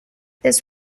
this